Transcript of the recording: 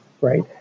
right